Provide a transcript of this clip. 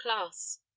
class